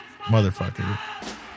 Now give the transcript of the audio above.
Motherfucker